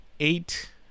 Eight